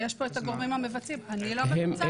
יש פה את הגורמים המבצעים, אני לא מבצעת.